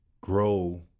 grow